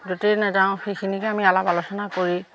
য'তেই নেযাওঁ সেইখিনিকে আমি আলপ আলোচনা কৰি